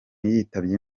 yitabye